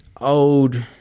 old